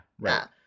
Right